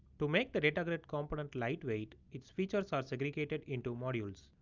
to make the data grid component lightweight. it's features are segregated into modules,